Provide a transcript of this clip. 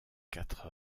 quatre